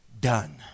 done